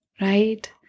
right